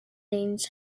names